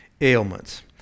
ailments